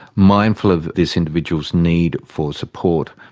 mindful of this individual's need for support,